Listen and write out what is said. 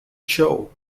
cho